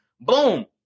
Boom